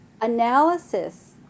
analysis